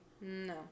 No